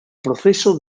proceso